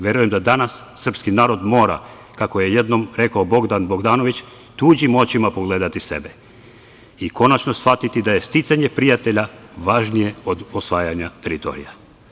Verujem da danas srpski narod mora, kako je jednom rekao Bogdan Bogdanović, tuđim očima pogledati sebe i konačno shvatiti da je sticanje prijatelja važnije od osvajanja teritorija.